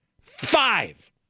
five